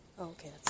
Okay